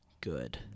good